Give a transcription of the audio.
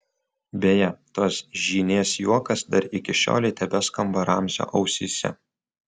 beje tos žynės juokas dar iki šiolei tebeskamba ramzio ausyse